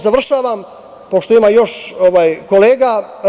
Završavam pošto ima još kolega.